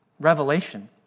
revelation